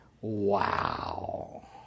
wow